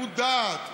מודעת,